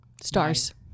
Stars